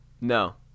No